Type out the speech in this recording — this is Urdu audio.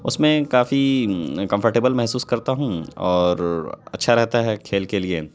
اس میں کافی کمفرٹیبل محسوس کرتا ہوں اور اچھا رہتا ہے کھیل کے لیے